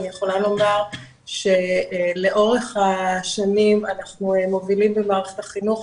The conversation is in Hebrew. אני יכולה לומר שלאורך השנים אנחנו מובילים במערכת החינוך,